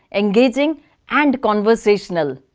engaging and conversational.